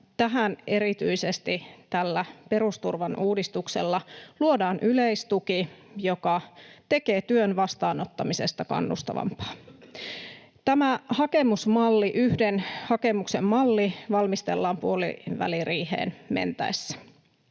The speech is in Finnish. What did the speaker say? tähän erityisesti tällä perusturvan uudistuksella luodaan yleistuki, joka tekee työn vastaanottamisesta kannustavampaa. Tämä hakemusmalli, yhden hakemuksen malli, valmistellaan puoliväliriiheen mentäessä.